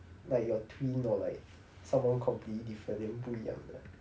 like your twin or like someone completely different then 不一样的